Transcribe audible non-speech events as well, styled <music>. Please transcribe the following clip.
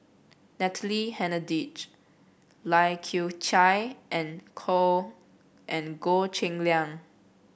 Natalie Hennedige Lai Kew Chai and <unintelligible> and Goh Cheng Liang